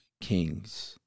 kings